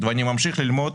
מסובך